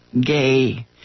gay